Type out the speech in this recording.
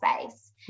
space